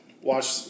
Watch